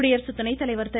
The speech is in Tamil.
குடியரசு துணைத்தலைவர் திரு